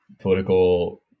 political